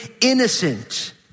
innocent